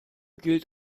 gilt